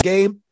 Game